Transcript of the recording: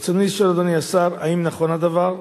ברצוני לשאול, אדוני השר: 1. האם נכון הדבר?